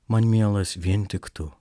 man mielas vien tik tu